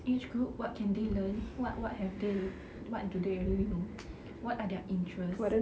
each group what can they learn what what have they happen what do they already know what are their interest